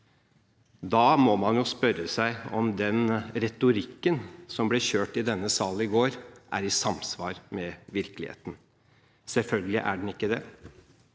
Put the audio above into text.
Da må man spørre seg om den retorikken som ble kjørt i denne salen i går, er i samsvar med virkeligheten. Selvfølgelig er den ikke det.